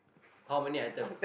how many item